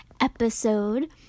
episode